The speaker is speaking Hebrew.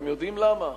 אתם יודעים למה?